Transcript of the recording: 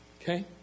Okay